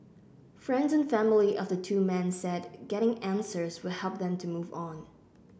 friends and family of the two men said getting answers will help them to move on